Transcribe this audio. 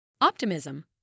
Optimism